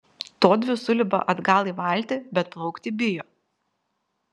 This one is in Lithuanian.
todvi sulipa atgal į valtį bet plaukti bijo